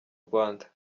rwanda